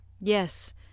Yes